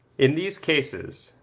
in these cases,